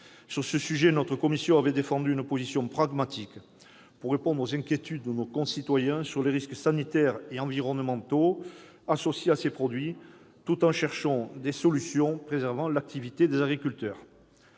Sur ce sujet, notre commission avait défendu une position pragmatique, pour répondre aux inquiétudes de nos concitoyens sur les risques sanitaires et environnementaux associés à ces produits, tout en cherchant des solutions de nature à préserver l'activité des agriculteurs.